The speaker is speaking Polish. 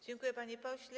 Dziękuję, panie pośle.